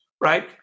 right